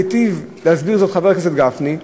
והיטיב להסביר זאת חבר הכנסת גפני,